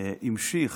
המשיך